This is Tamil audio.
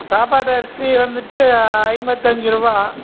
சாப்பாட்டரிசி வந்துவிட்டு ஐம்பத்தஞ்சுருவா